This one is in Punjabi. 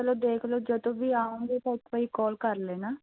ਚਲੋ ਦੇਖ ਲਿਓ ਜਦੋਂ ਵੀ ਆਉਂਗੇ ਤਾਂ ਇੱਕ ਵਾਰੀ ਕੋਲ ਕਰ ਲੈਣਾ